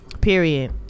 Period